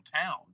town